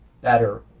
better